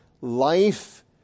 life